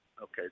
Okay